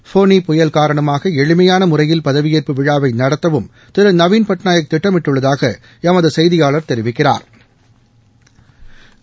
ஃபோனி புயல் காரணமாக எளிமையான முறையில் பதவியேற்பு விழாவை நடத்தவும் திரு நவின் பட்நாயக் திட்டமிட்டுள்ளதாக எமது செய்தியாளா் தெரிவிக்கிறாா்